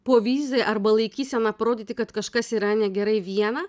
povyza arba laikysena parodyti kad kažkas yra negerai viena